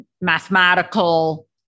mathematical